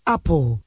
Apple